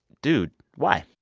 dude, why?